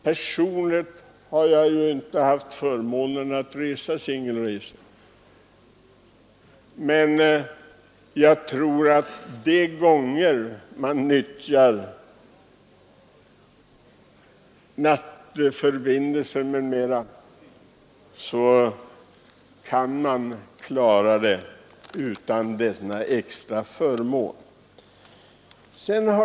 Personligen har jag ju inte haft förmånen att resa singel sovkupé, men jag tror att de gånger man nyttjar nattförbindelser kan man klara sig utan denna extra förmån.